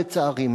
לצערי,